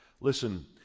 Listen